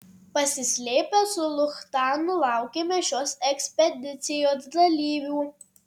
pasislėpę su luchtanu laukėme šios ekspedicijos dalyvių